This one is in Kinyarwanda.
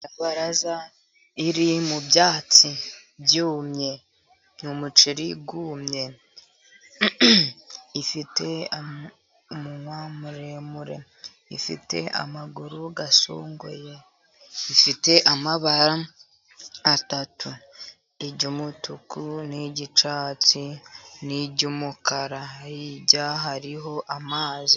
Nyirabaraza iri mu byatsi byumye, mu muceri wumye. Ifite umunwa muremure, ifite amaguru asongoye, ifite amabara atatu. Iry'umutuku n'iry'icyatsi n'iry'umukara. Hirya hariho amazi.